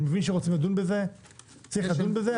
מי שרוצה לדון בזה צריך לדון בזה,